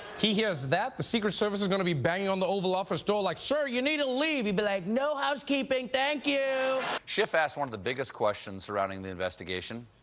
he hears that, the secret service is going to be banging on the oval office door like, sir, you need to leave! he'd be like, no housekeeping! thank you schiff asked one of the biggest questions surrounding the investigation.